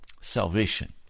salvation